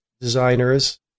designers